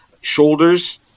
Shoulders